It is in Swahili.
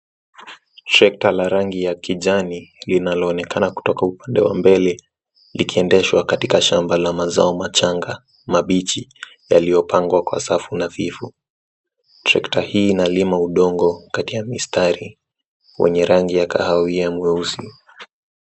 Shekta la rangi ya kijani linaloonekana kutoka upande wa mbele, likiendeshwa katika shamba la mazao machanga, mabichi yaliyopangwa kwa safu nadhifu. Trekta hii inalima udongo kati ya mistari, wenye rangi ya kahawi mweusi.